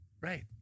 right